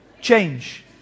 Change